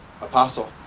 apostle